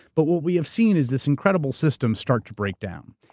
but what we have seen is this incredible system start to break down.